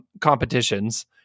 competitions